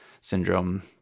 syndrome